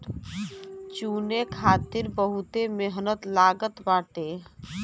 चुने खातिर बहुते मेहनत लागत बाटे